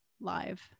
live